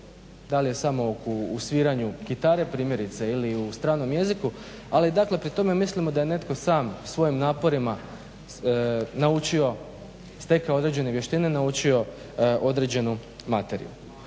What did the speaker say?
Da li je samouk u sviranju gitare primjerice ili u stranom jeziku ali pri tome mislimo da je netko sam svojim naporima naučio, stekao određene vještine, naučio određenu materiju.